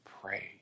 pray